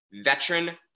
veteran